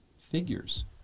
figures